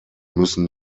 müssen